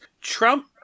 Trump